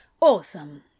Awesome